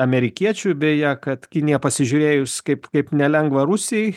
amerikiečių beje kad kinija pasižiūrėjus kaip kaip nelengva rusijai